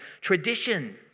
tradition